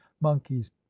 monkeys